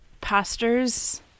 pastors